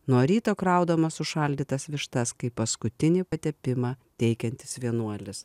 nuo ryto kraudamas sušaldytas vištas kai paskutinį patepimą teikiantis vienuolis